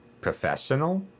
Professional